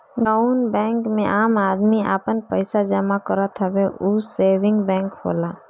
जउन बैंक मे आम आदमी आपन पइसा जमा करत हवे ऊ सेविंग बैंक होला